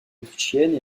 autrichienne